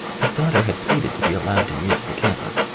his daughter had jdleaded to be allowed to use the camera.